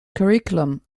curriculum